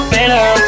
Better